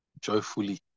Joyfully